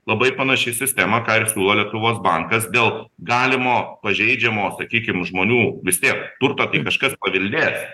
labai panaši sistema ką ir siūlo lietuvos bankas dėl galimo pažeidžiamo sakykim žmonų vis tiek turtą tai kažkas paveldės